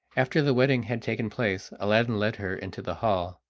after the wedding had taken place aladdin led her into the hall,